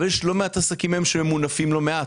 אבל יש לא מעט עסקים היום שממונפים לא מעט,